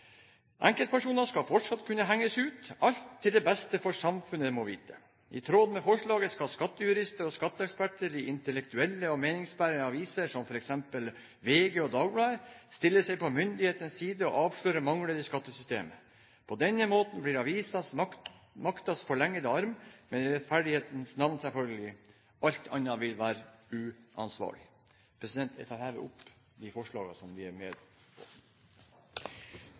Enkeltpersoner skal fortsatt kunne henges ut, alt til det beste for samfunnet, må vite. I tråd med forslaget skal skattejurister og skatteeksperter i intellektuelle og meningsbærende aviser som f.eks. VG og Dagbladet stille seg på myndighetenes side og avsløre mangler i skattesystemet. På denne måten blir avisene maktens forlengede arm, men i rettferdighetens navn, selvfølgelig. Alt annet vil være uansvarlig. Jeg tar herved opp de forslagene vi er med på.